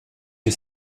que